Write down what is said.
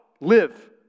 live